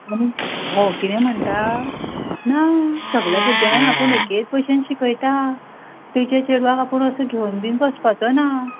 म्हणून हो किदें म्हणटा ना सगल्या भुरग्यांक आपूण एकेच भशेन शिकयता तेजे चेडवाक आपूण असो घेवन बी बसपाचो ना